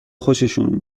خوششون